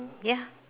ya